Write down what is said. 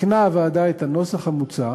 תיקנה הוועדה את הנוסח המוצע